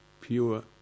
pure